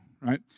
right